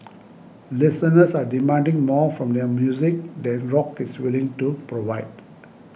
listeners are demanding more from their music than rock is willing to provide